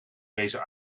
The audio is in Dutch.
deze